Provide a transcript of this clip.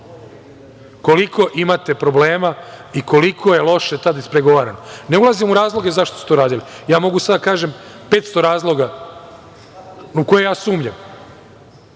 koliko imate problema i koliko je loše tad ispregovarano. Ne ulazim u razloge zašto su to radili. Mogu sad da kažem 500 razloga u koje ja sumnjam.